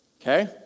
Okay